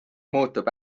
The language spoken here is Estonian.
muutub